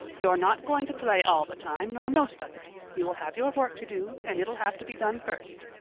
you're not going to play all the time nor most of it. you'll have your work to do and it'll have to be done first.